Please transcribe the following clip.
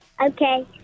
okay